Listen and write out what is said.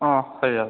অঁ হৈ যাব